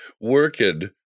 working